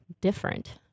different